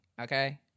Okay